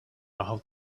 how